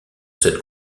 cette